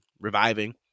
reviving